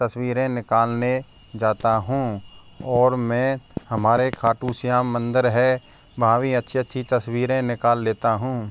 तस्वीरें निकालने जाता हूँ और मैं हमारे खाटू श्याम मंदिर है वहाँ भी अच्छी अच्छी तस्वीरें निकाल लेता हूँ